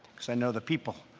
because i know the people.